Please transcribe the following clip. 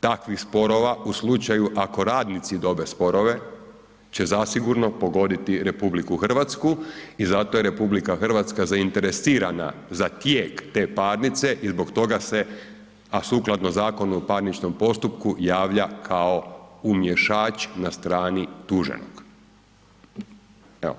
takvih sporova u slučaju ako radnici dobe sporove će zasigurno pogoditi RH i zato je RH zainteresirana za tijek te parnice i zbog toga se a sukladno Zakona o parničnom postupku, javlja kao umješač na strani tuženog, evo.